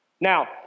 Now